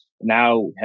now